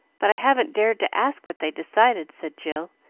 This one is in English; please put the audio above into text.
but i haven't dared to ask what they decided, said jill,